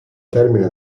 termine